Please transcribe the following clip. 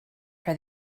for